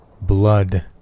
Blood